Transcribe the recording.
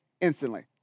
instantly